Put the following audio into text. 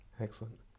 excellent